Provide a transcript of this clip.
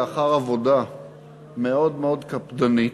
לאחר עבודה מאוד מאוד קפדנית,